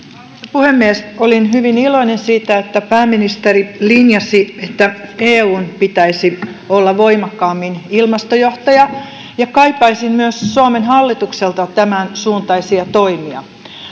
puhemies olin hyvin iloinen siitä että pääministeri linjasi että eun pitäisi olla voimakkaammin ilmastojohtaja ja kaipaisin myös suomen hallitukselta tämänsuuntaisia toimia